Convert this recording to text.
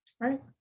right